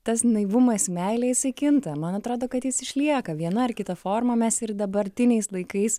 tas naivumas meilė jisai kinta man atrodo kad jis išlieka viena ar kita forma mes ir dabartiniais laikais